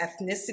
ethnicity